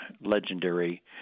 legendary